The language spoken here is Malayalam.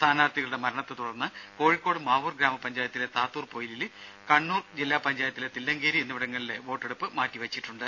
സ്ഥാനാർത്ഥികളുടെ മരണത്തെ തുടർന്ന് കോഴിക്കോട് മാവൂർ ഗ്രാമപഞ്ചായത്തിലെ താത്തൂർ പൊയിലിൽ കണ്ണൂർ ജില്ലാ പഞ്ചായത്തിലെ തില്ലങ്കേരി എന്നിവിടങ്ങളിലെ വോട്ടെടുപ്പ് മാറ്റി വെച്ചിട്ടുണ്ട്